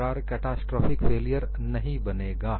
दरार catastrophic failure नहीं बनेगा